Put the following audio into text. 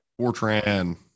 Fortran